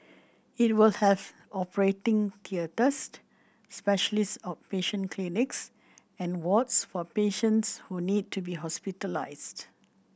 it will have operating theatres specialist outpatient clinics and wards for patients who need to be hospitalised